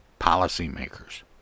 policymakers